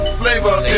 flavor